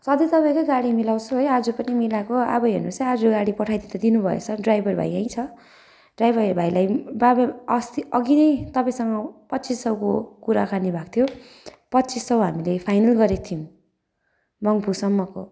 सधैँ तपाईँकै गाडी मिलाउँछु हो आज पनि मिलाएको अब हेर्नुहोस् है आज गाडी पठाई त दिनुभएछ ड्राइभर भाइ यहीँ छ ड्राइभर भाइलाई अस्ति अघि नै तपाईँसँग पच्चिस सौको कुराकानी भएको थियो पच्चिस सौ हामीले फाइनल गरेको थियौँ मङ्पूसम्मको